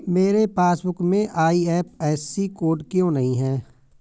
मेरे पासबुक में IFSC code क्यो नहीं है?